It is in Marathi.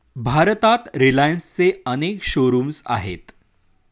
भारतात रिलायन्सचे अनेक शोरूम्स आहेत